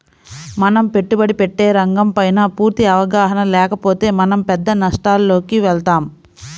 మనం పెట్టుబడి పెట్టే రంగంపైన పూర్తి అవగాహన లేకపోతే మనం పెద్ద నష్టాలలోకి వెళతాం